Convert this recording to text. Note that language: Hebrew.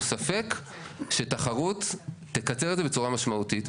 ספק שתחרות תקצר את זה בצורה משמעותית.